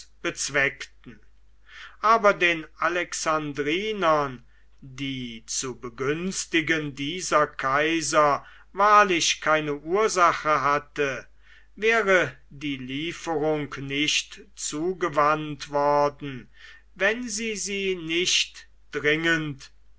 bezweckten aber den alexandrinern die zu begünstigen dieser kaiser wahrlich keine ursache hatte wäre die lieferung nicht zugewandt worden wenn sie sie nicht dringend